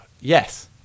Yes